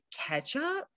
ketchup